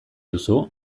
duzu